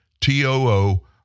T-O-O